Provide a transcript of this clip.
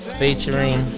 featuring